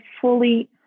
fully